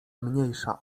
mniejsza